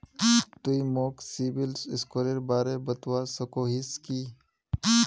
तुई मोक सिबिल स्कोरेर बारे बतवा सकोहिस कि?